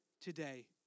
today